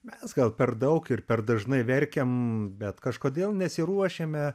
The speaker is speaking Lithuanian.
mes gal per daug ir per dažnai verkiam bet kažkodėl nesiruošiame